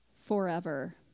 Forever